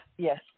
Yes